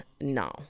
no